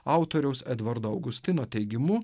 autoriaus edvardo augustino teigimu